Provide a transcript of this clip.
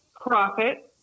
profit